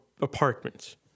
apartments